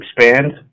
expand